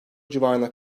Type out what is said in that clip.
civarında